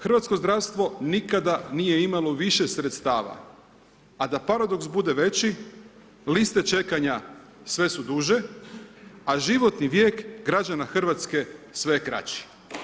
Hrvatsko zdravstvo nikada nije imalo više sredstava, a da paradoks bude veće liste čekanja sve su duže, a životni vijek građana Hrvatske sve je kraći.